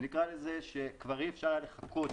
שנקרא לזה שכבר אי אפשר היה לחכות.